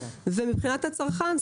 ומבחינת הצרכן,